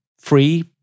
free